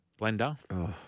blender